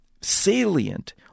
salient